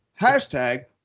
hashtag